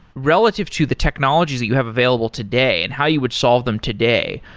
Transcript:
relative to the technologies that you have available today and how you would solve them today.